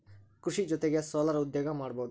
ಕೃಷಿ ಜೊತಿಗೆ ಸೊಲಾರ್ ಉದ್ಯೋಗಾ ಮಾಡುದು